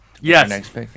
yes